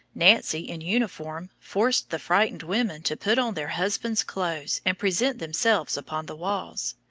nancy, in uniform, forced the frightened women to put on their husband's clothes and present themselves upon the walls.